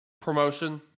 promotion